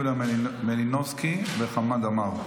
יוליה מלינובסקי וחמד עמאר.